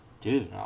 dude